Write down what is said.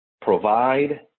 provide